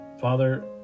Father